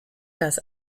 das